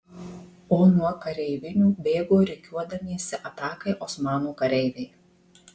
o nuo kareivinių bėgo rikiuodamiesi atakai osmanų kareiviai